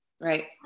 right